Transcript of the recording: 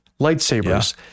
lightsabers